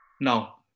Now